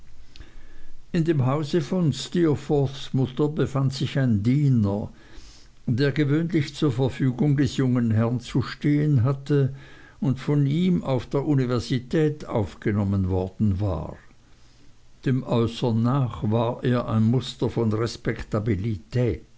in dem hause von steerforths mutter befand sich ein diener der gewöhnlich zur verfügung des jungen herrn zu stehen hatte und von ihm auf der universität aufgenommen worden war dem äußern nach war er ein muster von